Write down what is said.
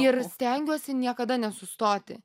ir stengiuosi niekada nesustoti